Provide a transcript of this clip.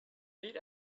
meet